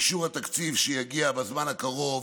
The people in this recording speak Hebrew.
שאישור התקציב שיגיע בזמן הקרוב